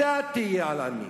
אתה תהיה על ביתי